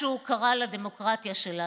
משהו קרה לדמוקרטיה שלנו.